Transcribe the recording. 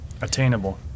attainable